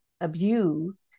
abused